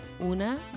una